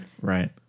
Right